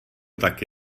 taky